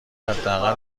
حداقل